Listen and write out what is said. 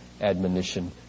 admonition